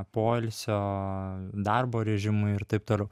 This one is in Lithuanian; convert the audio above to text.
poilsio darbo režimui ir taip toliau